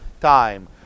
time